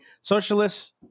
Socialists